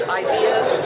ideas